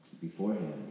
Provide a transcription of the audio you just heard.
beforehand